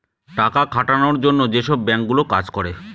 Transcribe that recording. টাকা খাটানোর জন্য যেসব বাঙ্ক গুলো কাজ করে